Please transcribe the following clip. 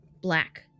black